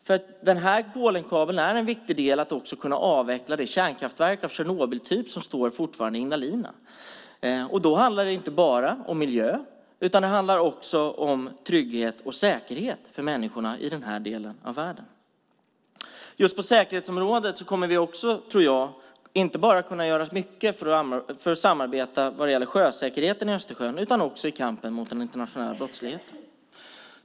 Polenkabeln är nämligen en viktig del i att kunna avveckla det kärnkraftverk av Tjernobyltyp som fortfarande står i Ignalina. Då handlar det inte bara om miljö utan också om trygghet och säkerhet för människorna i den delen av världen. Just på säkerhetsområdet tror jag att vi kommer att kunna göra mycket inte bara i samarbetet för sjösäkerheten i Östersjön utan också i kampen mot den internationella brottsligheten.